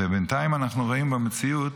ובינתיים אנחנו רואים במציאות